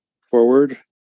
forward